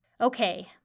Okay